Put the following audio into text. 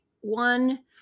one